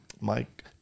Mike